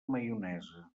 maionesa